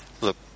Look